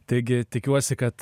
taigi tikiuosi kad